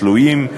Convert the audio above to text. תלויים,